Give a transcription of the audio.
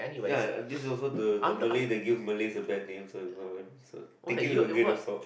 ya and this also the the Malay that give Malays the bad name so as well thinking of a greater song